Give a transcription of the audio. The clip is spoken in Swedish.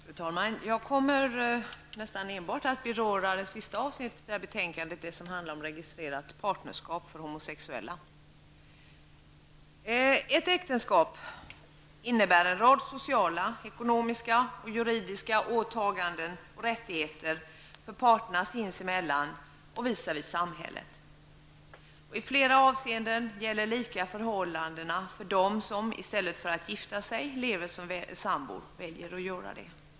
Fru talman! Jag kommer nästan enbart att beröra det sista avsnittet i betänkandet, det som handlar om registrerat partnerskap för homosexuella. Ett äktenskap innebär en rad sociala, ekonomiska och juridiska åtaganden och rättigheter för parterna sinsemellan och visavi samhället. I flera avseenden gäller lika förhållanden för dem som, i stället för att gifta sig, väljer att leva som sambor.